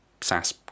SAS